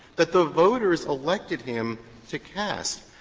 that the voters elected him to cast.